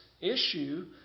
issue